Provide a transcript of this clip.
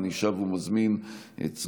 ולא נוסיף את קולך פעם נוספת.